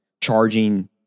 charging